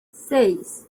seis